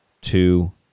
two